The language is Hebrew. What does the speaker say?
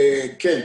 כן.